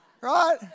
Right